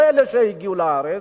לא אלה שהגיעו לארץ,